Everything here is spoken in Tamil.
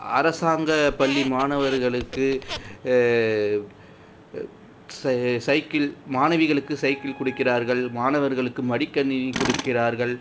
அரசாங்க பள்ளி மாணவர்களுக்கு சைக்கிள் மாணவிகளுக்கு சைக்கிள் கொடுக்கிறார்கள் மாணவர்களுக்கு மடிக்கணினி கொடுக்கிறார்கள்